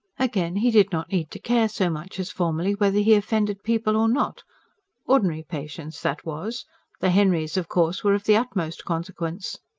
again, he did not need to care so much as formerly whether he offended people or not ordinary patients, that was the henrys, of course, were of the utmost consequence.